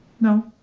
no